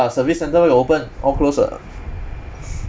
service centre where got open all close [what]